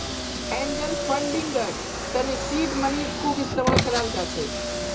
angel फंडिंगर तने seed मनीर खूब इस्तमाल कराल जा छेक